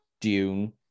Dune